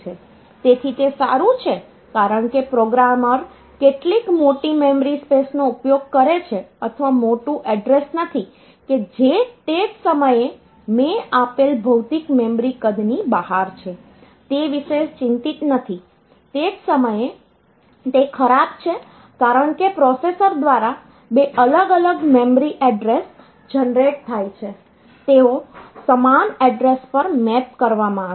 તેથી તે સારું છે કારણ કે પ્રોગ્રામર કેટલીક મોટી મેમરી સ્પેસનો ઉપયોગ કરે છે અથવા મોટું એડ્રેસ નથી કે જે તે જ સમયે મેં આપેલ ભૌતિક મેમરી કદની બહાર છે તે વિશે ચિંતિત નથીતે જ સમયે તે ખરાબ છે કારણ કે પ્રોસેસર દ્વારા બે અલગ અલગ મેમરી એડ્રેસ જનરેટ થાય છે તેઓ સમાન એડ્રેસ પર મેપ કરવામાં આવે છે